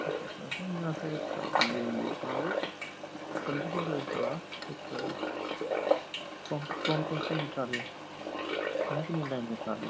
अच्छा अच्छा ट्राली लेइयै कराओ ते पंजी सौ रेट चला दा इक्क ट्राली तुस ट्राली तुस किन्नियां ट्रालियां सुटागै अच्छा अच्छा